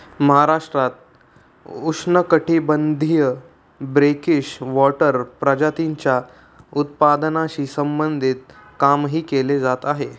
महाराष्ट्रात उष्णकटिबंधीय brackish water प्रजातींच्या उत्पादनाशी संबंधित कामही केले जात आहे